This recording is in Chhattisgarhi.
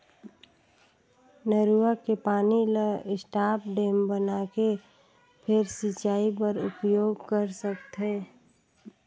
नरूवा के पानी ल स्टॉप डेम बनाके फेर सिंचई बर उपयोग कर सकथे